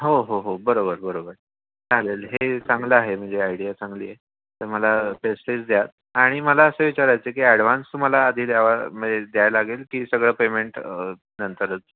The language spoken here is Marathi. हो हो हो बरोबर बरोबर चालेल हे चांगलं आहे म्हणजे आयडिया चांगली आहे तर मला तसेच पण द्या आणि मला असं विचारायचं की ॲडवान्स तुम्हाला आधी द्यावा म्हणजे द्यायला लागेल की सगळं पेमेंट नंतरच